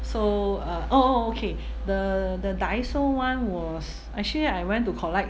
so uh oh oh okay the the Daiso [one] was actually I went to collect